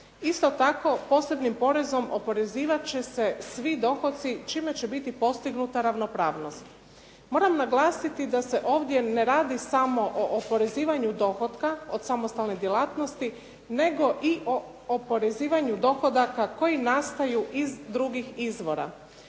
Isto tako, posebnim porezom oporezivat će se svi dohotci, čime će biti postignuta ravnopravnost. Moram naglasiti da se ovdje ne radi samo o oporezivanju dohotka od samostalne djelatnosti, nego i o oporezivanju dohodaka koji nastaju iz drugih izvora.